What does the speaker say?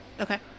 Okay